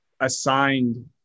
assigned